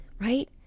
right